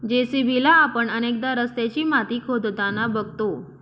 JCB ला आपण अनेकदा रस्त्याची माती खोदताना बघतो